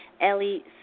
Ellie